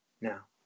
now